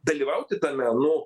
dalyvauti tame nu